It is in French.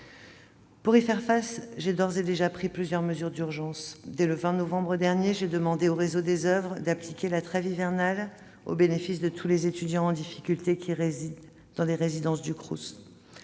Pour y remédier, j'ai d'ores et déjà pris plusieurs mesures d'urgence. Dès le 20 novembre dernier, j'ai demandé au réseau des oeuvres universitaires et scolaires d'appliquer la trêve hivernale au bénéfice de tous les étudiants en difficulté qui résident dans une résidence du Crous.